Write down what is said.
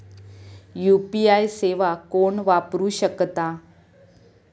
UPI सेवा कोण वापरू शकता?